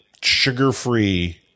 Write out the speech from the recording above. sugar-free